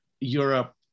Europe